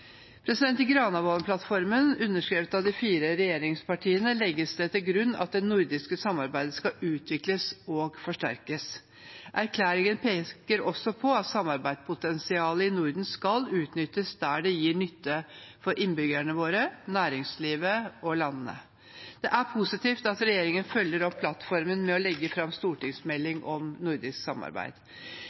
I Granavolden-plattformen, underskrevet av de fire regjeringspartiene, legges det til grunn at det nordiske samarbeidet skal utvikles og forsterkes. Erklæringen peker også på at samarbeidspotensialet i Norden skal utnyttes der det gir nytte for innbyggerne våre, næringslivet og landene. Det er positivt at regjeringen følger opp plattformen ved å legge fram en stortingsmelding om nordisk samarbeid.